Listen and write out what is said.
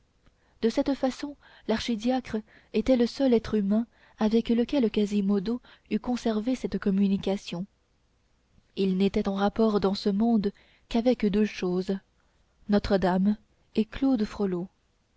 de cette façon l'archidiacre était le seul être humain avec lequel quasimodo eût conservé communication il n'était en rapport dans ce monde qu'avec deux choses notre-dame et claude frollo